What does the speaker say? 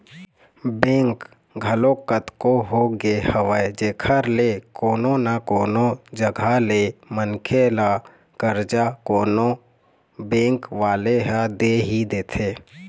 bank घलोक कतको होगे हवय जेखर ले कोनो न कोनो जघा ले मनखे ल करजा कोनो बेंक वाले ह दे ही देथे